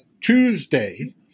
Tuesday